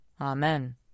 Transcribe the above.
Amen